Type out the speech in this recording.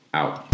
out